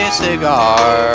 cigar